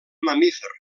mamífer